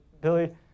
Billy